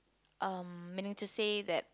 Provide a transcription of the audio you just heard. um meaning to say that